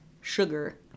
sugar